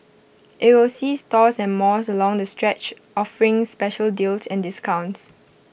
IT will see stores and malls along the stretch offering special deals and discounts